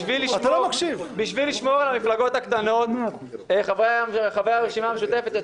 בשביל לשמור על המפלגות הקטנות חברי הרשימה המשותפת,